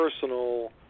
personal